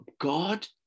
god